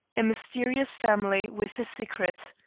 a mysterious family with a secret.